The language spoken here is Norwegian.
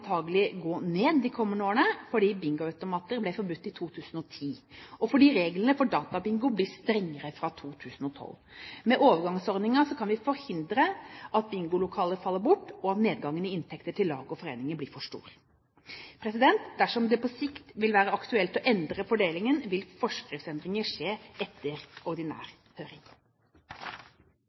antakelig gå ned de kommende årene, fordi bingoautomater ble forbudt i 2010, og fordi reglene for databingo blir strengere fra 2012. Med overgangsordninger kan vi forhindre at bingolokaler faller bort, og at nedgangen i inntekter til lag og foreninger blir for stor. Dersom det på sikt vil være aktuelt å endre fordelingen, vil forskriftsendringer skje etter ordinær høring.